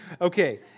Okay